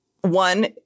one